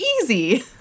easy